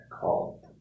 called